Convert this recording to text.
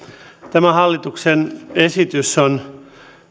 tämä hallituksen esitys on